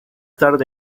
tarde